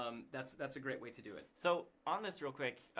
um that's that's a great way to do it. so on this real quick,